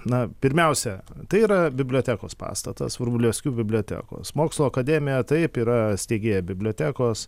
na pirmiausia tai yra bibliotekos pastatas vrublevskių bibliotekos mokslų akademija taip yra steigėja bibliotekos